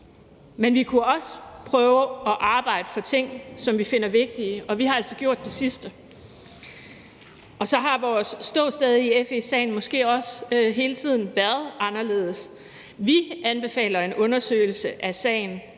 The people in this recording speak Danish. men vi kunne også prøve at arbejde for ting, som vi finder vigtige, og vi har altså gjort det sidste. Så har vores ståsted i FE-sagen måske også hele tiden været anderledes. Vi anbefaler en undersøgelse af sagen